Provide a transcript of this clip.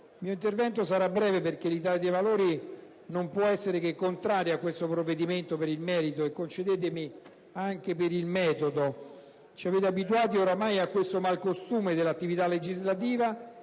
il mio intervento sarà breve, perché l'Italia dei Valori non può essere che contraria a questo provvedimento, per il merito e, concedetemi, anche per il metodo. Ci avete abituati ormai a questo malcostume dell'attività legislativa,